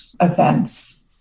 events